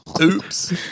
Oops